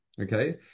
Okay